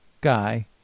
guy